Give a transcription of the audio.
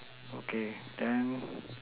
okay then